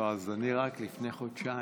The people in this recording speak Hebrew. אז אני רק לפני חודשיים,